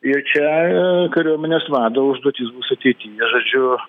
ir čia kariuomenės vado užduotis ateityje žodžiu